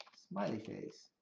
smiley face.